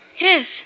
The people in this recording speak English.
Yes